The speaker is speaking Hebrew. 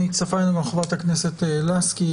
הצטרפה אלינו חברת הכנסת לסקי,